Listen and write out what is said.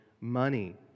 money